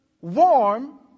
warm